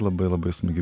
labai labai smagi